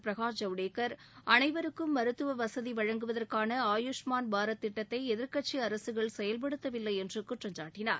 பிரகாஷ் ஜவடேகர் அனைவருக்கும் மருத்துவ வசதி வழங்குவதற்கான ஆயுஷ்மான் பாரத் திட்டத்தை எதிர்க்கட்சி அரசுகள் செயல்படுத்தவில்லை என்று குற்றம் சாட்டினார்